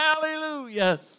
Hallelujah